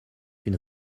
une